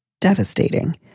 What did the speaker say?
devastating